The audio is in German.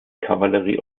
kavallerie